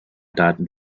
daten